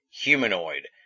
humanoid